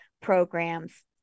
programs